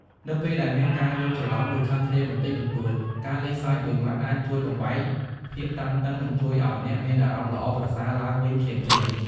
នៅពេលដែលមានការយល់ច្រឡំឬខឹងគ្នាបន្តិចបន្តួច ការលេងសើចមួយម៉ាត់អាចជួយបំបែកភាពតានតឹងនិងជួយឱ្យអ្នកមានអារម្មណ៍ល្អប្រសើរឡើងវិញភ្លាមៗ។